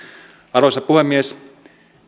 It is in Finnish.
arvoisa puhemies